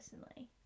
personally